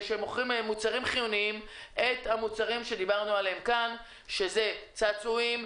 שמוכרות מוצרים חיוניים את המוצרים שדיברנו עליהם כאן: צעצועים,